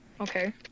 okay